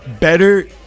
better